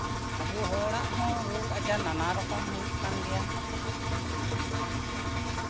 ᱟᱵᱚ ᱦᱚᱲᱟᱜ ᱦᱚᱸ ᱨᱳᱜᱽ ᱟᱡᱟᱨ ᱱᱟᱱᱟ ᱨᱚᱠᱚᱢ ᱦᱩᱭᱩᱜ ᱠᱟᱱ ᱜᱮᱭᱟ